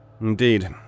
Indeed